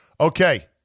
Okay